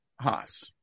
Haas